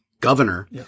governor